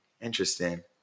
Interesting